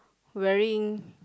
wearing